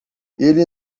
ele